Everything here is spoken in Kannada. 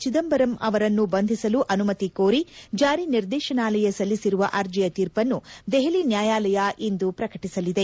ಚಿದಂಬರಂ ಅವರನ್ನು ಬಂಧಿಸಲು ಅನುಮತಿ ಕೋರಿ ಜಾರಿ ನಿರ್ದೇಶನಾಲಯ ಸಲ್ಲಿಸಿರುವ ಅರ್ಜಿಯ ತೀರ್ಪನ್ನು ದೆಹಲಿ ನ್ಯಾಯಾಲಯ ಇಂದು ಪ್ರಕಟಿಸಲಿದೆ